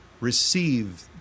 receive